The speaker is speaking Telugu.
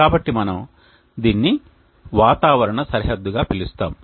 కాబట్టి మనము దీనిని వాతావరణ సరిహద్దుగా పిలుస్తాము